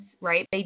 right